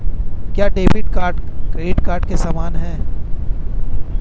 क्या debit card credit card के समान है?